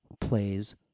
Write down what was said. plays